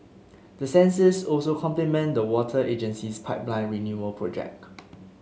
the sensors also complement the water agency's pipeline renewal project